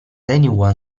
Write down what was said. anyone